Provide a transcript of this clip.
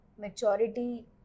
Maturity